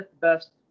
best